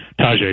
Tajay